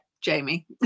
Jamie